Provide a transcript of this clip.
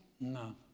No